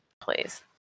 Please